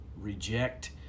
Reject